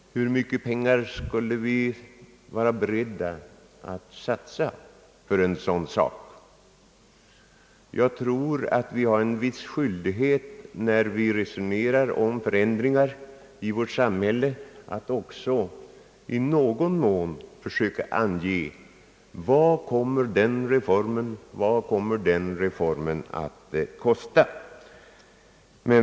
Hur mycket pengar är vi beredda att satsa för en sådan sak? Jag tror att när vi resonerar om förändringar i vårt samhälle har vi också skyldighet att i någon mån försöka ange vad den ena och den andra reformen kommer att kosta.